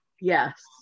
yes